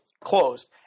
Closed